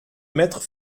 mettre